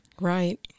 Right